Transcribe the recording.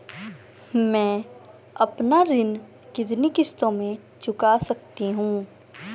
मैं अपना ऋण कितनी किश्तों में चुका सकती हूँ?